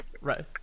Right